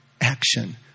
action